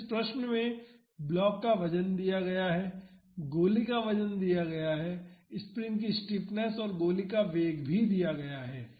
तो इस प्रश्न में ब्लॉक का वजन दिया गया है गोली का वजन दिया गया है स्प्रिंग की स्टिफनेस और गोली का वेग भी दिया गया है